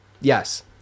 Yes